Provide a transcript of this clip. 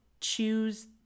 choose